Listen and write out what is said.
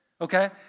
Okay